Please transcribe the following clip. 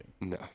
No